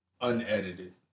unedited